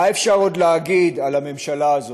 מה אפשר עוד להגיד על הממשלה הזאת?